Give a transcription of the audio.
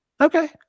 Okay